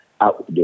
out